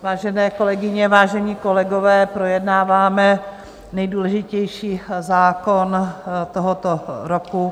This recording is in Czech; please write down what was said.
Vážené kolegyně, vážení kolegové, projednáváme nejdůležitější zákon tohoto roku.